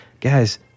Guys